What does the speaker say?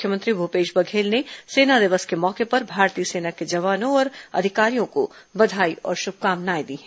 मुख्यमंत्री भूपेश बघेल ने सेना दिवस के मौके पर भारतीय सेना के जवानों और अधिकारियों को बधाई और श्भकामनाएं दी है